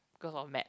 cause of maths